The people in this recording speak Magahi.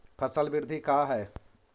फसल वृद्धि का है?